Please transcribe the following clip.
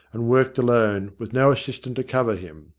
and worked alone, with no assistant to cover him.